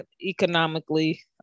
economically